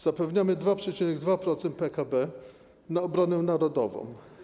Zapewniamy 2,2% PKB na obronę narodową.